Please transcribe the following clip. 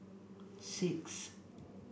six